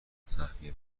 سهمیه